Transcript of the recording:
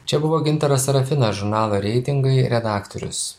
čia buvo gintaras sarafinas žurnalo reitingai redaktorius